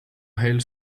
aisle